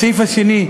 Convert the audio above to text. לסעיף השני,